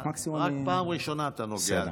רק בפעם הראשונה אתה נוגע.